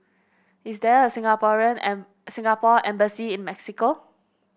is there a Singaporean and Singapore Embassy in Mexico